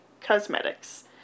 Cosmetics